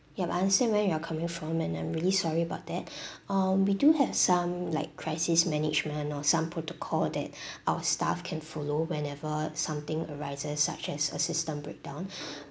yup I understand where you're coming from and I'm really sorry about that um we do have some like crisis management or some protocol that our staff can follow whenever something arises such as a system breakdown